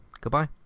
Goodbye